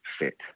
fit